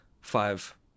five